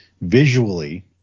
visually